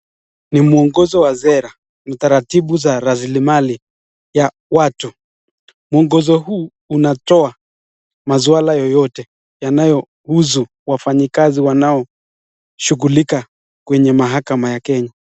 Ni muongozo wa sera, utaratibu wa raslimali ya watu, muongozo huu unatoa maswala yeyote yanayohusu wafanyikazi wanaoshughulika kwenye mahakama ya Kenya.